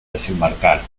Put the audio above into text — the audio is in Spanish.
desembarcar